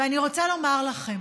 ואני רוצה לומר לכם,